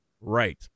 Right